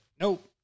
nope